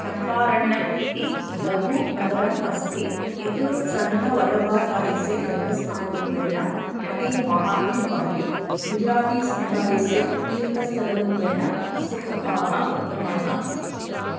चम्पारण्यम् इति लघु नगरम् अस्ति यत् सन्तवल्लभाचार्यस्य जन्मस्थानरूपेण मतीयमाहात्म्यं वहति गुजरातीसमुदायस्य तीर्थस्थलरूपेण अस्य प्रभावः वर्धमानः अस्ति